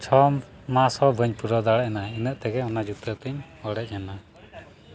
ᱪᱷᱚᱢᱟᱥ ᱦᱚᱸ ᱵᱟᱹᱧ ᱯᱩᱨᱟᱹᱣ ᱫᱟᱲᱮ ᱟᱱᱟ ᱤᱱᱟᱹᱜ ᱛᱮᱜᱮ ᱚᱱᱟ ᱡᱩᱛᱟᱹᱛᱤᱧ ᱚᱲᱮᱡ ᱮᱱᱟ